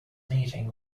meeting